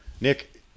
Nick